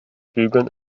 bügeln